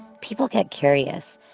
people get curious,